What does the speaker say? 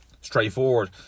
Straightforward